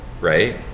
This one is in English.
right